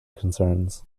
concerns